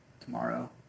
tomorrow